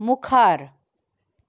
मुखार